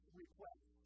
request